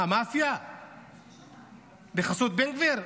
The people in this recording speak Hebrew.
מה, מאפיה בחסות בן גביר?